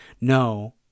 no